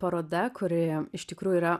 paroda kurioje iš tikrųjų yra